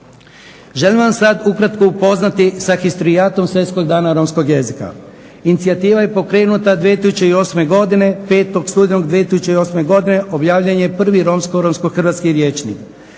Želim vas sad ukratko upoznati sa histrijatom Svjetskog dana romskog jezika. Inicijativa je pokrenuta 2008. godine, 5. studenog 2008. godine objavljene je prvi Romsko-hrvatski rječnik